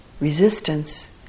Resistance